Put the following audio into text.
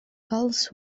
cults